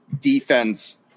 defense